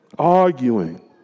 arguing